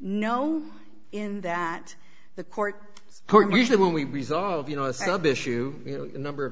known in that the court room usually when we resolve you know a sub issue you know the number of